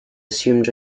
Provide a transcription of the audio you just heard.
assumed